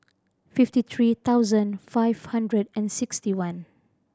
fifty three thousand five hundred and sixty one